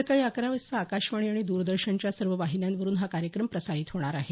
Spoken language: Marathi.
सकाळी अकरा वाजता आकाशवाणी आणि द्रदर्शनच्या सर्व वाहिन्यांवरून हा कार्यक्रम प्रसारित होणार आहे